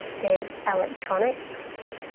there's electronics,